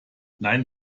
nein